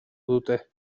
dute